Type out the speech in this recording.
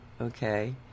okay